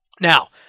Now